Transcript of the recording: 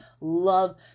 love